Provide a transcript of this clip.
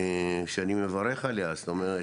שאני מברך עליה, זאת אומרת,